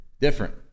Different